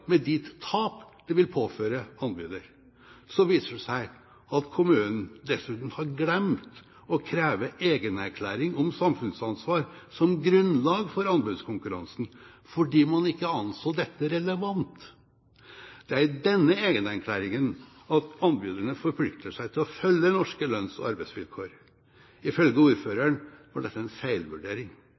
med de tap det vil påføre anbyder. Så viser det seg at kommunen dessuten har glemt å kreve egenerklæring om samfunnsansvar som grunnlag for anbudskonkurransen fordi man ikke anså dette som relevant. Det er i denne egenerklæringen at anbyderne forplikter seg til å følge norske lønns- og arbeidsvilkår. Ifølge ordføreren var dette en